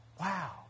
Wow